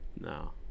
no